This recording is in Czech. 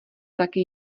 taky